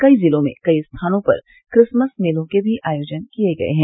कई जिलों में कई स्थानों पर क्रिसमस मेलों के भी आयोजन किये गये हैं